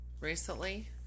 Recently